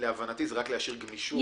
להבנתי, זה רק להשאיר גמישות.